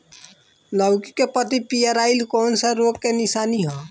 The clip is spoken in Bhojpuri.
लौकी के पत्ति पियराईल कौन रोग के निशानि ह?